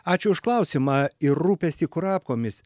ačiū už klausimą ir rūpestį kurapkomis